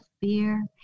fear